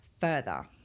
further